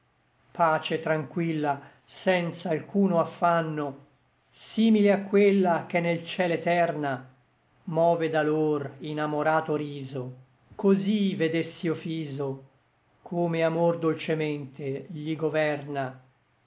pace tranquilla senza alcuno affanno simile a quella ch'è nel ciel eterna move da lor inamorato riso cosí vedess'io fiso come amor dolcemente gli governa